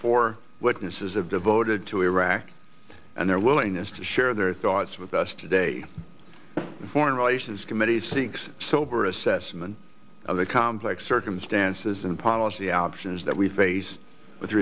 four witnesses have devoted to iraq and their willingness to share their thoughts with us today and foreign relations committee seeks sober assessment of the complex circumstances and policy options that we face with